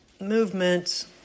movements